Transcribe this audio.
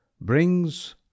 Brings